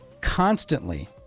Constantly